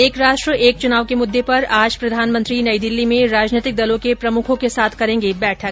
एक राष्ट्र एक चुनाव के मुददे पर आज प्रधानमंत्री नई दिल्ली में राजनीतिक दलों के प्रमुखों के साथ करेंगे बैठक